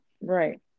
Right